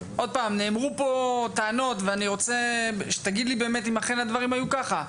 נאמרו פה טענות ואני רוצה שתגיד לי אם אכן הדברים היו כך.